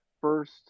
first